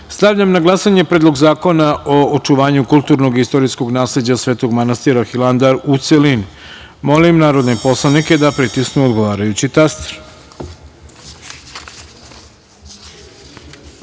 celini. Stavljam na glasanje Predlog zakona o očuvanju kulturnog i istorijskog nasleđa Svetog manastira Hilandar, u celini. Molim poslanike da pritisnu odgovarajući